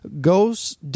goes